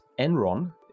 Enron